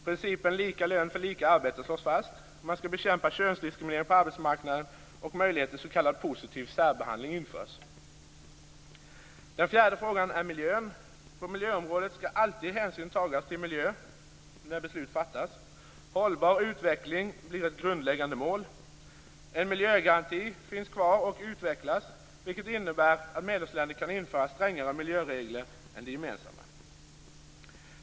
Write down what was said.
Principen lika lön för lika arbete slås fast. Man skall bekämpa könsdiskriminering på arbetsmarknaden, och möjlighet till s.k. positiv särbehandling införs. Den fjärde frågan är miljön. På miljöområdet skall alltid hänsyn tas till miljön när beslut fattas. Hållbar utveckling blir ett grundläggande mål. En miljögaranti finns kvar och utvecklas, vilket innebär att medlemsländer kan införa strängare miljöregler än de gemensamma.